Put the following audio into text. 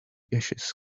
ashes